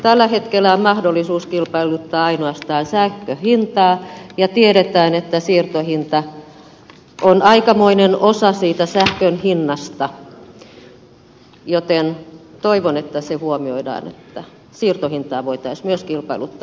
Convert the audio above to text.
tällä hetkellä on mahdollisuus kilpailuttaa ainoastaan sähkön hintaa ja tiedetään että siirtohinta on aikamoinen osa siitä sähkön hinnasta joten toivon että huomioidaan se että siirtohintaa voitaisiin myös kilpailuttaa